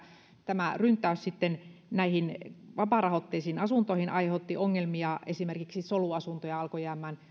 tämä ryntäys vapaarahoitteisiin asuntoihin aiheutti ongelmia esimerkiksi soluasuntoja alkoi jäämään